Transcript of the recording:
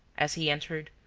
as he entered,